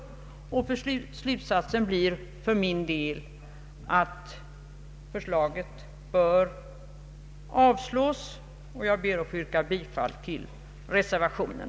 Slutsatsen blir för min del att förslaget bör avslås, och jag ber att få yrka bifall till reservationen.